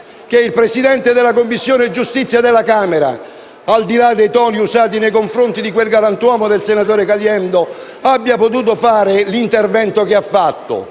che il Presidente della Commissione giustizia della Camera, al di là dei toni usati nei confronti di quel galantuomo del senatore Caliendo, abbia potuto fare l'intervanto che ha svolto,